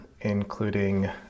including